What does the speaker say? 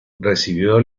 recibió